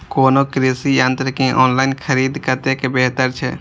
कोनो कृषि यंत्र के ऑनलाइन खरीद कतेक बेहतर छै?